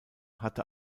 hatte